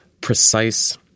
precise